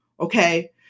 okay